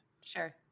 Sure